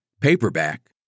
paperback